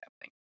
happening